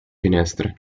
finestre